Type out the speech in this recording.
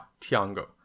Tiango